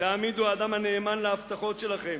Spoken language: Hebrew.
תעמידו אדם הנאמן להבטחות שלכם,